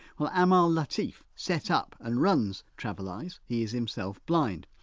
well amal latif set up and runs traveleyes, he is himself blind,